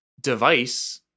device